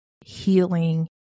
healing